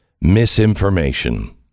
misinformation